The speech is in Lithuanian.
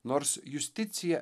nors justicija